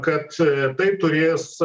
kad tai turės